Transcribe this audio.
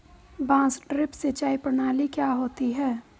बांस ड्रिप सिंचाई प्रणाली क्या होती है?